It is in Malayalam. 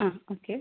ആ ഓക്കേ